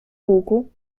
pułku